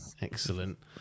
Excellent